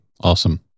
Awesome